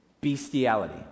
bestiality